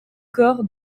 corps